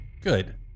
Good